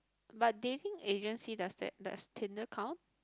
but dating agency does that does tinder count